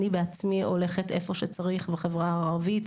אני בעצמי הולכת איפה שצריך בחברה הערבית,